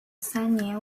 三年